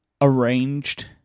arranged